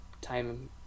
time